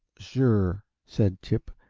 sure, said chip,